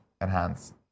Enhance